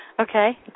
Okay